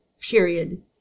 period